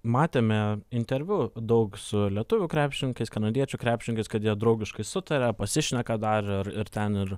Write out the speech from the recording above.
matėme interviu daug su lietuvių krepšininkais kanadiečių krepšininkais kad jie draugiškai sutaria pasišneka dar ir ir ten ir